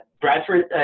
Bradford –